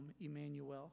Emmanuel